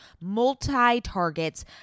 multi-targets